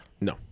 No